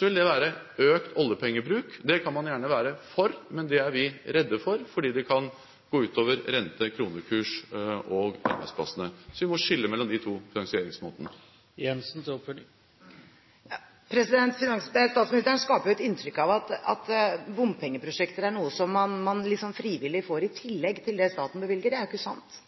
ville det være økt oljepengebruk. Det kan man gjerne være for, men det er vi redde for fordi det kan gå ut over rente- og kronekurs og arbeidsplassene. Vi må skille mellom de to finansieringsmåtene. Statsministeren skaper et inntrykk av at bompengeprosjekter er noe man frivillig får i tillegg til det staten bevilger. Det er ikke sant.